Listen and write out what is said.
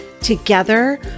Together